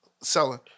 selling